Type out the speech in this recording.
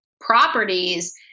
properties